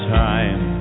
time